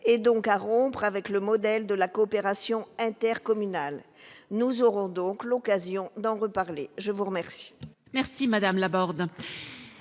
en rupture avec le modèle de la coopération intercommunale. Nous aurons donc l'occasion d'en reparler. Personne ne